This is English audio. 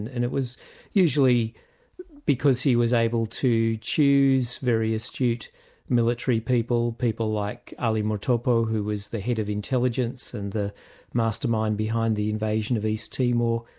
and and it was usually because he was able to choose very astute military people, people like ali murtopo, who was the head of intelligence and the mastermind behind the invasion of east timor,